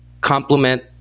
complement